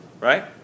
Right